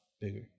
bigger